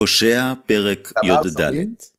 הושע פרק יד